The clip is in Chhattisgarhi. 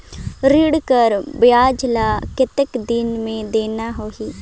ऋण कर ब्याज ला कतेक दिन मे देना होही?